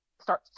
start